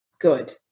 Good